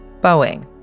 Boeing